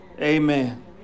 Amen